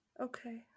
Okay